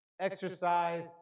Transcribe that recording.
Exercise